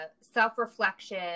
self-reflection